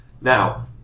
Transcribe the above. Now